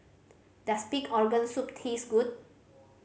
does pig organ soup taste good